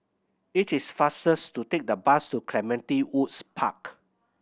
it is fastest to take the bus to Clementi Woods Park